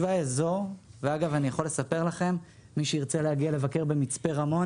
מי שירצה להגיע לבקר במצפה רמון